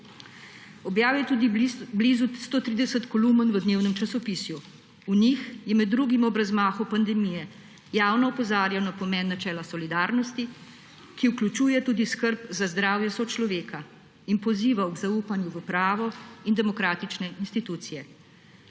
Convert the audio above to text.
Objavil je tudi blizu 130 kolumn v dnevnem časopisju. V njih je med drugim ob razmahu pandemije javno opozarjal na pomen načela solidarnosti, ki vključuje tudi skrb za zdravje sočloveka, in pozival k zaupanju v pravo in demokratične institucije.